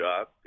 job